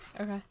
Okay